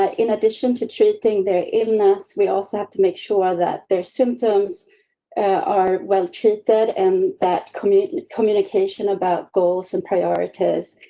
ah in addition to treating their illness, we also have to make sure that their symptoms are well treated and that committed communication about goals and prioritize